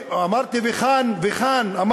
אמרתי: וכאן, וכאן.